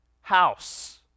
house